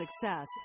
success